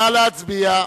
נא להצביע.